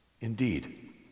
Indeed